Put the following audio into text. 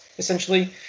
Essentially